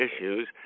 issues